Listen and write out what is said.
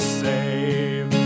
save